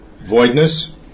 voidness